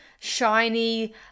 shiny